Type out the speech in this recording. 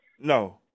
no